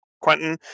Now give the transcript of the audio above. Quentin